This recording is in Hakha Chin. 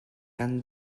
kaan